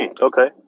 Okay